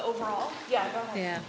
the overall yeah